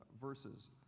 verses